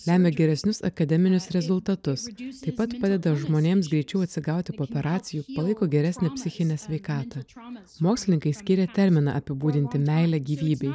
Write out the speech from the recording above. lemia geresnius akademinius rezultatus taip pat padeda žmonėms greičiau atsigauti po operacijų palaiko geresnę psichinę sveikatą mokslininkai skiria terminą apibūdinti meilę gyvybei